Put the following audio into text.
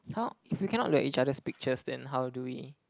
how if we cannot look at each other's pictures then how do we